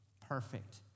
Perfect